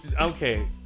Okay